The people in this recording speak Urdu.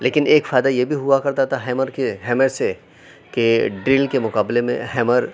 لیکن ایک فائدہ یہ بھی ہوا کرتا تھا ہیمر کے ہیمر سے کہ ڈرل کے مقابلے میں ہیمر